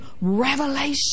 revelation